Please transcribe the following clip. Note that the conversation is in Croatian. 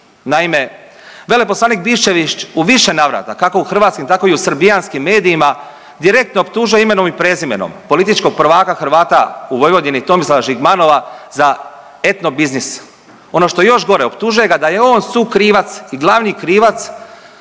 Naime, veleposlanik Biščević u više navrata kao u hrvatskim tako i u srbijanskim medijima direktno optužuje imenom i prezimenom političkog prvaka Hrvata u Vojvodini Tomislava Žigmanova za etnobiznis. Ono što je gore, optužuje ga da je on sukrivac i glavni krivac